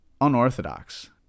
unorthodox